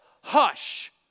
hush